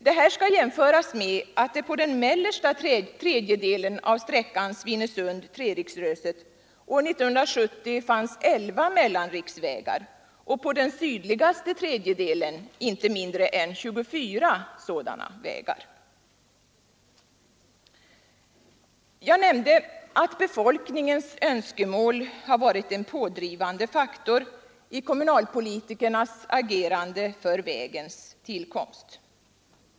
Detta skall jämföras med att det på den mellersta tredjedelen av sträckan Svinesund—Treriksröset år 1970 fanns elva mellanriksvägar och på den sydligaste tredjedelen inte mindre än 24 sådana vägar. Jag nämnde att befolkningens önskemål varit en pådrivande faktor i kommunalpolitikernas agerande för vägens tillkomst.